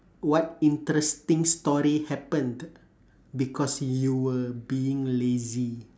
what interesting story happened because you were being lazy